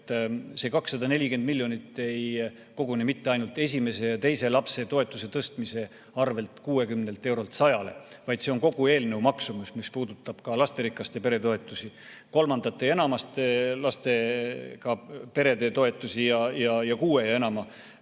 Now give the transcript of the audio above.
see 240 miljonit ei kogune mitte ainult esimese ja teise lapse toetuse tõstmise arvel 60 eurolt 100‑le, vaid see on kogu eelnõu maksumus, mis puudutab ka lasterikaste perede toetusi, kolme ja enama lapsega perede toetusi, kuue ja enama